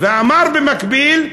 אמר במקביל: